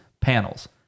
panels